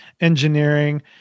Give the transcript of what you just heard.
engineering